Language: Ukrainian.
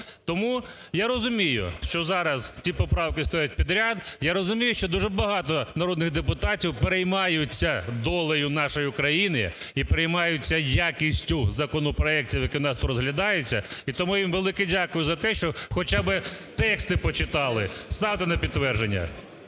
Тому я розумію, що зараз ці поправки стоять підряд, я розумію, що дуже багато народних депутатів переймаються долею нашої України і переймаються якістю законопроектів, які в нас тут розглядаються, і тому їм велике дякую за те, що хоча би тексти почитали. Ставте на підтвердження.